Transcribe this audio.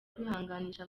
kwihanganisha